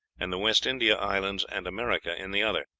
and the west india islands and america in the other.